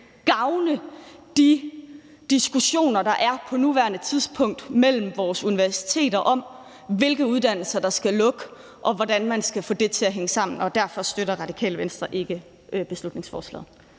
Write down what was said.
gavne de diskussioner, der er på nuværende tidspunkt mellem vores universiteter, om, hvilke uddannelser der skal lukke, og hvordan man skal få det til at hænge sammen. Derfor støtter Radikale Venstre ikke beslutningsforslaget.